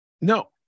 No